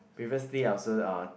previously I also uh